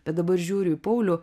bet dabar žiūriu į paulių